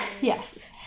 Yes